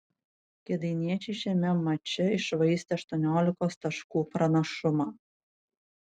kėdainiečiai šiame mače iššvaistė aštuoniolikos taškų pranašumą